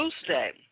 Tuesday